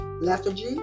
lethargy